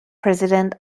president